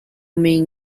mean